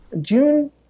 June